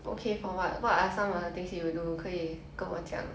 okay for what what are some of the things you will do 可以跟我讲